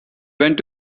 went